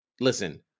listen